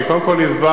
אני קודם כול הסברתי,